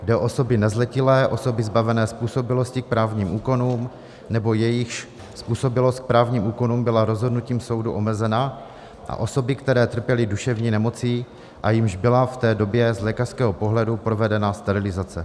Jde o osoby nezletilé, osoby zbavené způsobilosti k právním úkonům nebo jejichž způsobilost k právním úkonům byla rozhodnutím soudu omezena a osoby, které trpěly duševní nemocí a jimž byla v té době z lékařského pohledu provedena sterilizace.